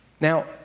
Now